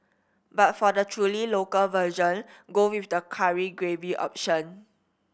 but for the truly local version go with the curry gravy option